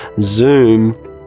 Zoom